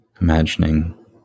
imagining